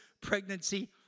Pregnancy